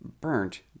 burnt